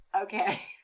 Okay